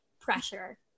pressure